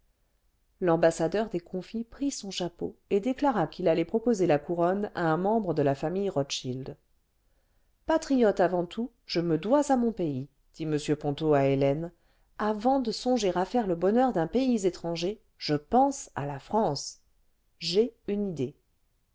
l'ambassadeur déconfit prit son chapeau et déclara qu'il allait proposer la couronne à un membre de la famille rothschild patriote avant tout je me dois à mon pays dit m ponto à hélène fondation de dynasties financières avant de songer à faire le bonheur d'un pays étranger je pense à la france j'ai une idée